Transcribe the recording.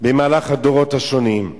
במהלך הדורות השונים.